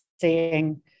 seeing